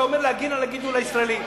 אתה אומר להגן על הגידול הישראלי.